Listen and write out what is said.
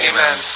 Amen